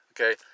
okay